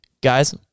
Guys